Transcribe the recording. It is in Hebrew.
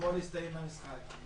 אתמול הסתיים המשחק.